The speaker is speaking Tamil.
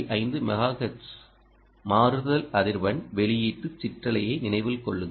5 மெகாஹெர்ட்ஸ் மாறுதல் அதிர்வெண் வெளியீட்டு சிற்றலை நினைவில் கொள்ளுங்கள்